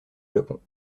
japon